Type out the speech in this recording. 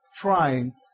Trying